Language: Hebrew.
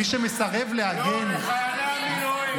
מי שמסרב להגן --- לא, לחיילי המילואים.